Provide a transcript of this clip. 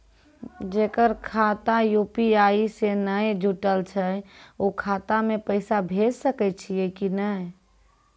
जेकर खाता यु.पी.आई से नैय जुटल छै उ खाता मे पैसा भेज सकै छियै कि नै?